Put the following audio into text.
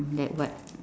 like what